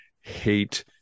hate